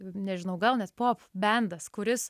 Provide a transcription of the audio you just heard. nežinau gal net pop bendas kuris